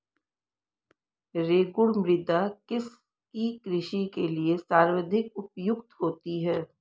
रेगुड़ मृदा किसकी कृषि के लिए सर्वाधिक उपयुक्त होती है?